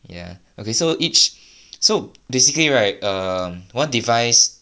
ya okay so each so basically right err one device